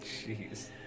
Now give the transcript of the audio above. Jeez